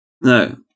Now